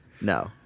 No